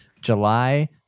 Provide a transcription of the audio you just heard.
July